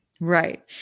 right